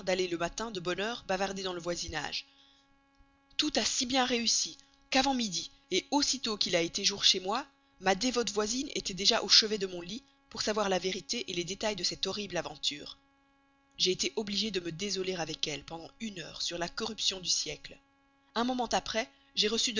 d'aller le matin de bonne heure bavarder dans le voisinage tout a si bien réussi qu'avant midi aussitôt qu'il a été jour chez moi ma dévote voisine était déjà au chevet de mon lit pour savoir la vérité les détails de cette horrible aventure j'ai été obligée de me désoler avec elle pendant une heure sur la corruption du siècle un moment après j'ai reçu